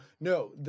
no